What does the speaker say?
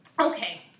Okay